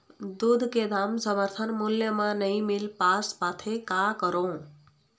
दूध के दाम समर्थन मूल्य म नई मील पास पाथे, का करों?